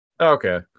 Okay